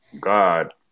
God